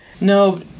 No